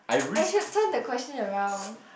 I should turn the question around